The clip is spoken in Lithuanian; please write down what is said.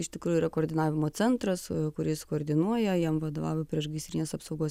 iš tikrųjų yra koordinavimo centras kuris koordinuoja jam vadovauja priešgaisrinės apsaugos